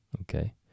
okay